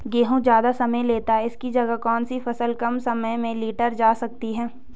गेहूँ ज़्यादा समय लेता है इसकी जगह कौन सी फसल कम समय में लीटर जा सकती है?